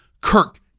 Kirk